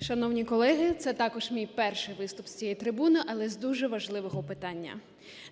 Шановні колеги, це також мій перший виступ з цієї трибуни, але з дуже важливого питання.